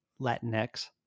Latinx